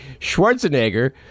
Schwarzenegger